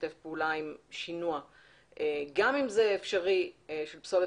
תשתף פעולה עם שינוע - גם אם זה אפשרי של פסולת